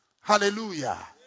Hallelujah